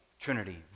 Trinity